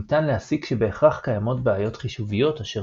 ניתן להסיק שבהכרח קיימות בעיות חישוביות אשר